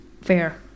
fair